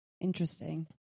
Interesting